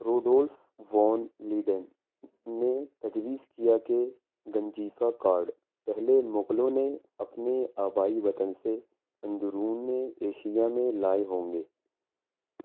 Rudolf von Leyden نے تجویز کیا کہ گنجیفہ کارڈ پہلے مغلوں نے اپنے آبائی وطن سے اندرون ایشیا میں لائے ہوں گے